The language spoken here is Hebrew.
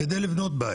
על מנת שהוא יבנה בית.